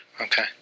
Okay